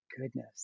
goodness